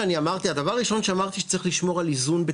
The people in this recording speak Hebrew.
הדבר הראשון שאני אמרתי שצריך לשמור על איזון.